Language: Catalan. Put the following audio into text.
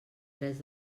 drets